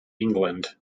england